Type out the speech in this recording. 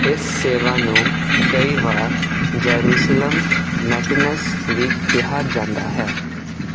ਇਸ ਸੇਵਾ ਨੂੰ ਕਈ ਵਾਰ ਜੇਰੂਸਲਮ ਮੈਟਿਨਸ ਵੀ ਕਿਹਾ ਜਾਂਦਾ ਹੈ